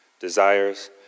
desires